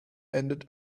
ended